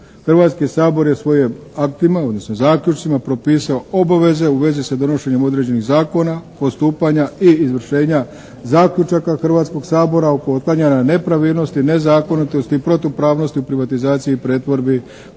Hrvatski sabor je svojim aktima, odnosno zaključcima propisao obaveze u vezi sa donošenjem određenih zakona, odstupanja i izvršenja zaključaka Hrvatskog sabora oko otklanjanja nepravilnosti, nezakonitosti i protupravnosti u privatizaciji i pretvorbi koja